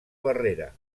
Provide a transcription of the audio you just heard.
barrera